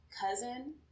cousin